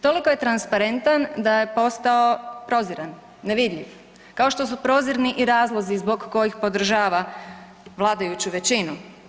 Toliko je transparentan da je postao proziran, nevidljiv, kao što su prozirni i razlozi zbog kojih podržava vladajuću većinu.